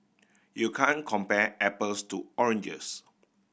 you can compare apples to oranges